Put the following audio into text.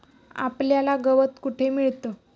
आपल्याला गवत कुठे मिळतं?